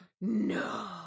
No